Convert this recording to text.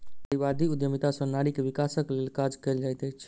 नारीवादी उद्यमिता सॅ नारी के विकासक लेल काज कएल जाइत अछि